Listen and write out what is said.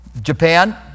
Japan